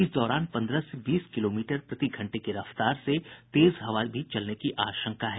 इस दौरान पंद्रह से बीस किलोमीटर प्रतिघंटे की रफ्तार से तेज हवा भी चलने की आशंका है